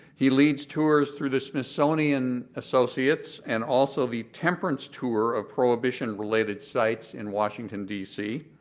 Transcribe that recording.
he leads tours through the smithsonian associates and also the temperance tour of prohibition related sites in washington, d c,